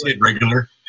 regular